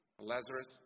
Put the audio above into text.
Lazarus